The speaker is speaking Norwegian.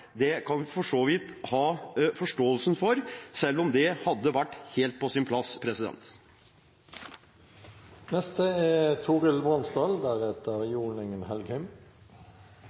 kan jeg for så vidt ha forståelse for, selv om det hadde vært helt på sin plass. Jeg synes det er